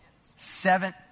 Seven